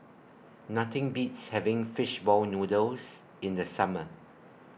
Nothing Beats having Fish Ball Noodles in The Summer